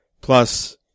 Plus